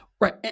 Right